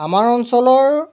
আমাৰ অঞ্চলৰ